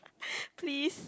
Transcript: please